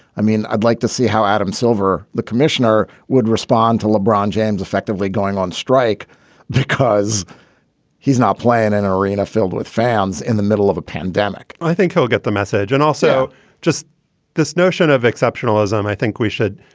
i mean, i'd like to see how adam silver, the commissioner, would respond to lebron james effectively going on strike because he's not playing an arena filled with fans in the middle of a pandemic i think he'll get the message. and also just this notion of exceptionalism, i think we should.